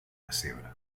pessebre